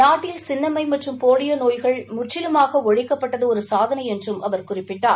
நாட்டில் சின்னம்மை மற்றும் போலியோ நோய்கள் முற்றிலுமாக ஒழிக்கப்பட்டது ஒருசாதனை என்றும் அவர் குறிப்பிட்டார்